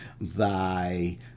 thy